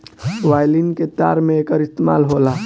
violin के तार में एकर इस्तेमाल होला